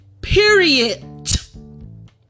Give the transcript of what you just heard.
Period